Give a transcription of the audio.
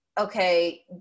okay